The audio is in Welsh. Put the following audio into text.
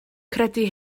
credu